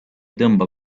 tõmba